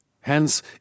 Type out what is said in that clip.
Hence